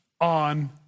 on